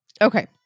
okay